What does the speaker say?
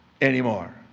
anymore